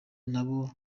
nabo